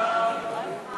פקודת מסילות הברזל (מס'